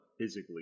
physically